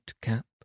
Cap